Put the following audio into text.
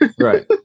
Right